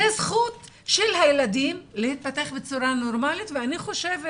זה זכות של הילדים להתפתח בצורה נורמלית ואני חושבת